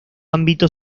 ámbito